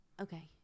Okay